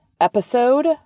episode